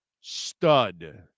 stud